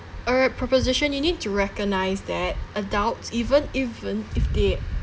alright proposition you need to recognise that adults even even if they